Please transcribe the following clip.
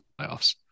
playoffs